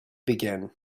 begin